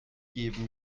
geben